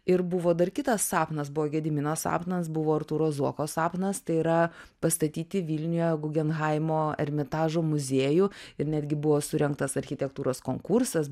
ir buvo dar kitas sapnas buvo gedimino sapnas buvo artūro zuoko sapnas tai yra pastatyti vilniuje gugenhaimo ermitažo muziejų ir netgi buvo surengtas architektūros konkursas